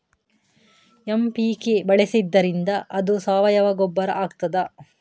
MPK ಬಳಸಿದ್ದರಿಂದ ಅದು ಸಾವಯವ ಗೊಬ್ಬರ ಆಗ್ತದ?